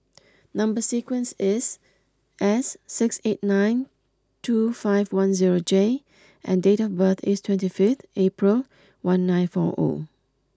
number sequence is S six eight nine two five one zero J and date of birth is twenty fifth April one nine four O